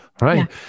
right